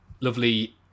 lovely